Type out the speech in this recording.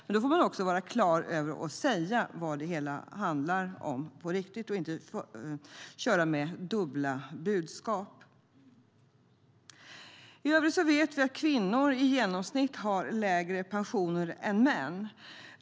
Man får vara klar över och säga vad det hela handlar om på riktigt och inte köra med dubbla budskap.I övrigt vet vi att kvinnor i genomsnitt har lägre pensioner än män.